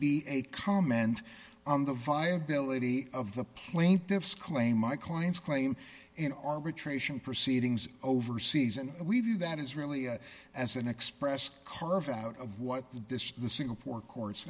be a comment on the viability of the plaintiffs claim my client's claim an arbitration proceedings overseas and we view that is really as an express carve out of what this the singapore courts